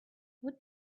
what